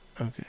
okay